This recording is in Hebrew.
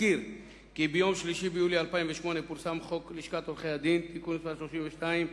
אזכיר כי ביום 3 ביולי 2008 פורסם חוק לשכת עורכי-הדין (תיקון מס' 32),